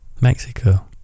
Mexico